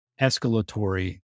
escalatory